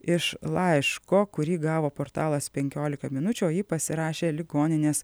iš laiško kurį gavo portalas penkiolika minučių o jį pasirašė ligoninės